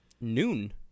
Noon